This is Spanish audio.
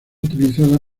utilizada